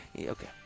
Okay